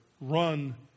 Run